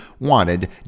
wanted